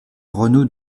renault